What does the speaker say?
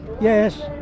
yes